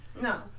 No